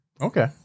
Okay